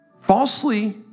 falsely